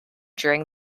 during